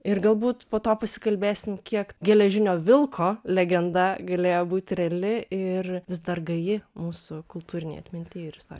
ir galbūt po to pasikalbėsim kiek geležinio vilko legenda galėjo būti reali ir vis dar gaji mūsų kultūrinėje atminty ir istorijoj